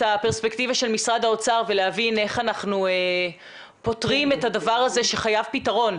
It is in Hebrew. הפרספקטיבה של משרד האוצר ולהבין איך אנחנו פותרים את הדבר הזה שחייב פתרון,